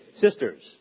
Sisters